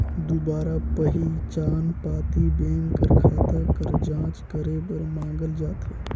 दुबारा पहिचान पाती बेंक कर खाता कर जांच करे बर मांगल जाथे